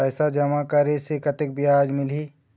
पैसा जमा करे से कतेक ब्याज मिलही?